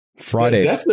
Friday